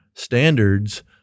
standards